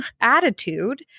attitude